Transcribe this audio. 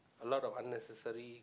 a lot of unnecessary